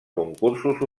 concursos